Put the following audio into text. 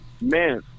man